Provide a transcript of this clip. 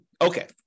Okay